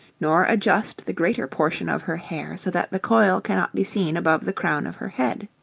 nor adjust the greater portion of her hair so that the coil cannot be seen above the crown of her head.